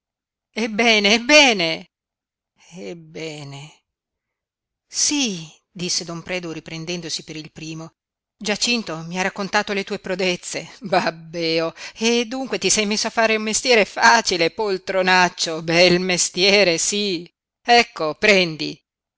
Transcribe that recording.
ebbene ebbene ebbene sí disse don predu riprendendosi per il primo giacinto mi ha raccontato le tue prodezze babbeo e dunque ti sei messo a fare un mestiere facile poltronaccio bel mestiere sí ecco prendi